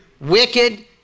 Wicked